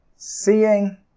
seeing